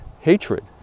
hatred